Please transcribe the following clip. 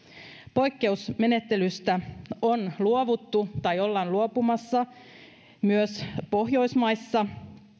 poikkeusmenettelystä on luovuttu tai ollaan luopumassa myös pohjoismaissa